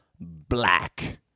Black